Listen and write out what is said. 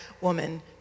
woman